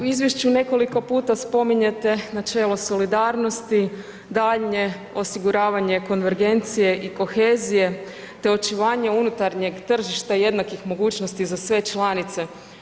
U izvješću nekoliko puta spominjete načelo solidarnosti, daljnje osiguravanje konvergencije i kohezije te očuvanje unutarnjeg tržišta jednakih mogućnosti za sve članice.